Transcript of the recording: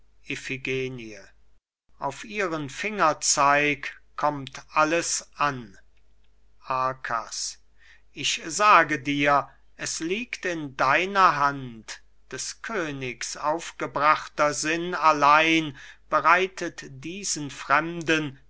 auf ihren fingerzeig kömmt alles an arkas ich sage dir es liegt in deiner hand des königs aufgebrachter sinn allein bereitet diesen fremden